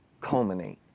culminate